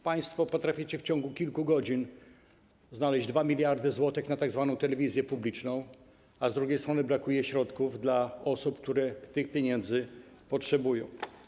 Państwo potraficie w ciągu kilku godzin znaleźć 2 mld zł na tzw. telewizję publiczną, a z drugiej strony brakuje środków dla osób, które tych pieniędzy potrzebują.